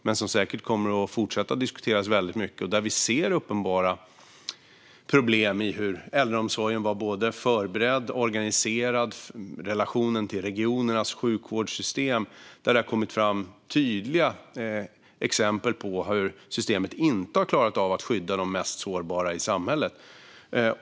Den kommer säkert att diskuteras mycket även i fortsättningen. Vi ser uppenbara problem i hur äldreomsorgen var förberedd och organiserad samt i relationen till regionernas sjukvårdssystem. Det har kommit fram tydliga exempel på hur systemet inte har klarat av att skydda de mest sårbara i samhället.